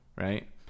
right